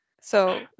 So-